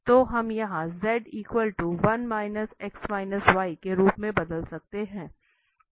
तो हम यहाँ z को 1 x y के रूप में बदल सकते हैं